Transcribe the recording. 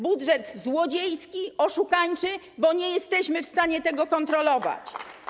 Budżet złodziejski, oszukańczy, bo nie jesteśmy w stanie tego kontrolować.